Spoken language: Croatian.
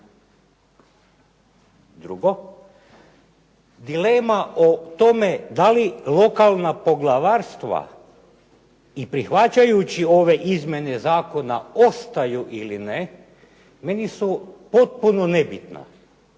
Drugo, dilema o tome da li lokalna poglavarstva i prihvaćajući ove izmjene zakona ostaju ili ne, meni su potpuno nebitna